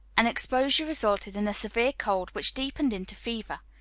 and exposure resulted in a severe cold, which deepened into fever.